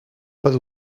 pas